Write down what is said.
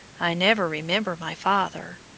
i never remember my father.